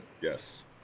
yes